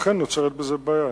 אכן, נוצרת בזה בעיה.